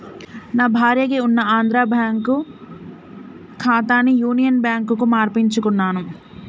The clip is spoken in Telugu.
నా భార్యకి ఉన్న ఆంధ్రా బ్యేంకు ఖాతాని యునియన్ బ్యాంకుకు మార్పించుకున్నాను